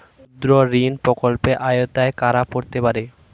ক্ষুদ্রঋণ প্রকল্পের আওতায় কারা পড়তে পারে?